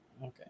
Okay